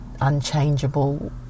unchangeable